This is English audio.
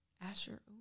Asher